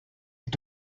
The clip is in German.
die